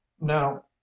now